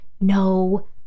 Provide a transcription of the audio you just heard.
no